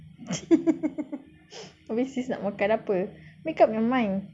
habis sis nak makan apa make up your mind